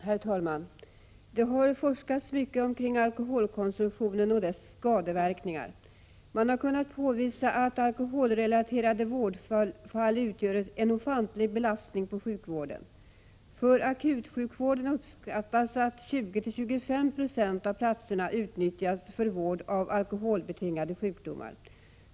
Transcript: Herr talman! Det har forskats mycket omkring alkoholkonsumtionen och dess skadeverkningar. Man har kunnat påvisa att alkoholrelaterade vårdfall utgör en ofantlig belastning på sjukvården. För akutsjukvården beräknas 20-25 92 av platserna utnyttjas för vård av alkoholbetingade sjukdomar.